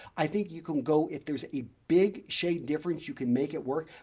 i think you can go if there's a big shade difference you can make it work,